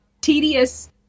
tedious